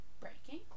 breaking